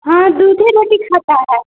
हाँ दूध रोटी खाता है